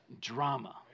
drama